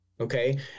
Okay